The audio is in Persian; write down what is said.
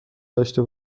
داشته